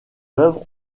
œuvres